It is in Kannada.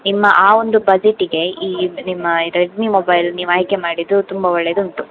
ನಿಮ್ಮ ಆ ಒಂದು ಬಜೆಟಿಗೆ ಈ ನಿಮ್ಮ ರೆಡ್ಮಿ ಮೊಬೈಲ್ ನೀವು ಆಯ್ಕೆ ಮಾಡಿದ್ದು ತುಂಬ ಒಳ್ಳೆಯದುಂಟು